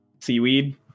seaweed